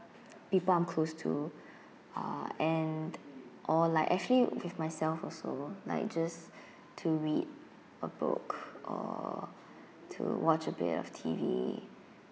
people I'm close to uh and or like actually with myself also like just to read a book or to watch a bit of T_V